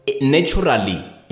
naturally